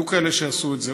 היו כאלה שעשו את זה,